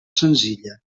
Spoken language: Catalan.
senzilla